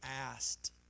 asked